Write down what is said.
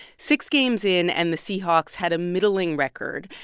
six games in, and the seahawks had a middling record.